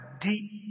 deep